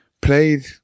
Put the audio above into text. played